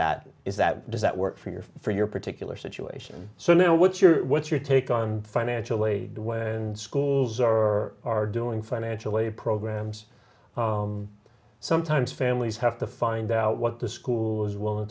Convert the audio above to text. that is that does that work for your for your particular situation so you know what's your what's your take on financial aid schools or are doing financial aid programs oh i'm sometimes families have to find out what the school is willing